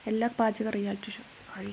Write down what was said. എല്ലാ പാചക reality show